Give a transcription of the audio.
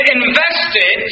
invested